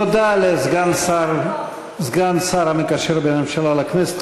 תודה לסגן השר המקשר בין הממשלה לכנסת,